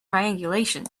triangulation